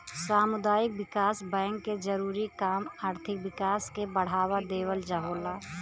सामुदायिक विकास बैंक के जरूरी काम आर्थिक विकास के बढ़ावा देवल होला